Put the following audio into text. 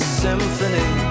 symphony